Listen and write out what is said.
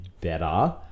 better